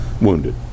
wounded